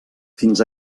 fins